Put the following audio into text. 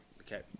Okay